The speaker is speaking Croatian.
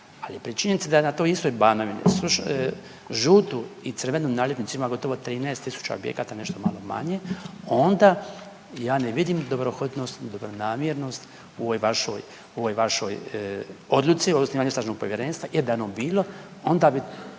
ali pri činjenici da je na toj istoj Banovini žutu i crvenu naljepnicu ima gotovo 13.000 objekata, nešto malo manje. Onda ja ne vidim dobrohotnost i dobronamjernost u ovoj vašoj, u ovoj vašoj odluci o osnivanju istražnog povjerenstva jer da je ono bilo onda bi